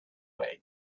way